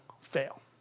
fail